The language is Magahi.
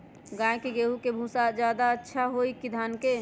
गाय के ले गेंहू के भूसा ज्यादा अच्छा होई की धान के?